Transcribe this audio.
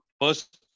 first